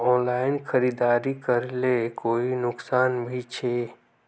Online खरीदारी करले कोई नुकसान भी छे?